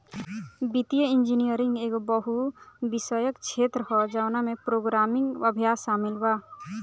वित्तीय इंजीनियरिंग एगो बहु विषयक क्षेत्र ह जवना में प्रोग्रामिंग अभ्यास शामिल बा